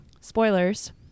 spoilers